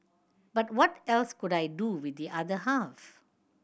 but what else could I do with the other half